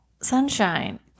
Sunshine